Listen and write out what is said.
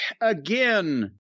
Again